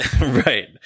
Right